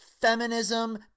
feminism